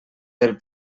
del